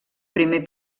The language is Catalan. primer